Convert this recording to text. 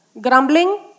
Grumbling